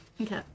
okay